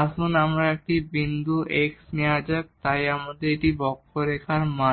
আসুন এখানে একটি বিন্দু x নেওয়া যাক তাই এই বক্ররেখার মান